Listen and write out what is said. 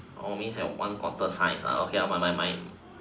oh means that one quarter size my my my